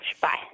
Bye